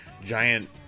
giant